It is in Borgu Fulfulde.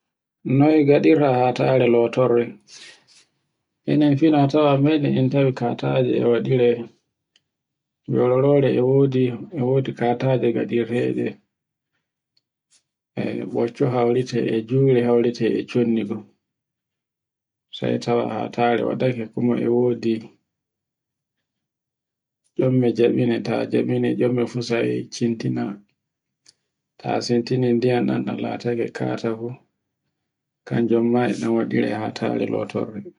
Noy ngaɗirta hatare lotorde. Enen tawa fine meɗen en tawi kataje e waɗire yororo e wodi, e wodi kataje gaɗirteji e ɓoccu haurite e jure haurite e chondi go. sai tawa hatare waɗego kuma e wodi combe jaɓine ta jaɓine commbe fu sai sintina, ta santini ndiyan ɗan latake kata fu. Kanjum ma e ɗan waɗire hatare lotorɗe.